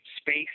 space